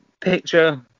picture